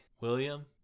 william